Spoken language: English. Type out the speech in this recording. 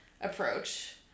approach